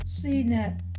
CNET